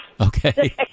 Okay